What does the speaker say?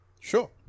Sure